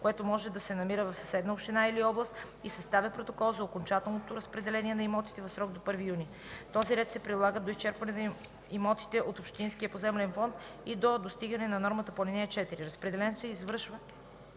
което може да се намира в съседна община или област, и съставя протокол за окончателното разпределение на имотите в срок до 1 юни. Този ред се прилага до изчерпване на имотите от общинския поземлен фонд или до достигане на нормата по ал. 4. Разпределението се извършва